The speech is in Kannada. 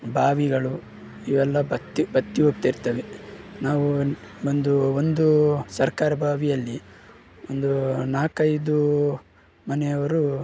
ಬಾವಿಗಳು ಇವೆಲ್ಲ ಬತ್ತಿ ಬತ್ತಿ ಹೋಗ್ತಿರ್ತವೆ ನಾವು ಒಂದು ಒಂದು ಒಂದು ಸರ್ಕಾರ ಬಾವಿಯಲ್ಲಿ ಒಂದು ನಾಲ್ಕೈದು ಮನೆಯವರು